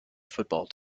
football